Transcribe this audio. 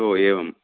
ओ एवं